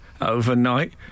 overnight